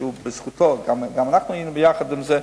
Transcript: גם אנחנו היינו יחד בזה,